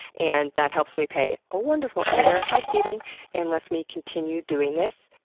and that helps me pay a wonderful editor hi steven and lets me continue doing this,